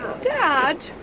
Dad